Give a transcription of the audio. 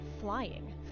flying